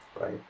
right